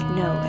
no